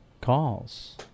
calls